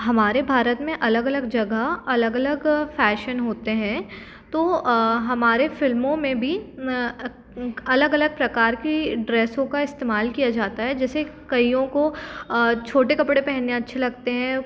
हमारे भारत मे अलग अलग जगह अलग अलग फ़ैसन होते हैं तो हमारे फिल्मों मे भी अलग अलग प्रकार की ड्रेसों का इस्तेमाल किया जाता है जैसे कइयों को छोटे कपड़े पहनने अच्छे लगते हैं